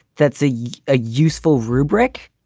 that's yeah a useful rubric.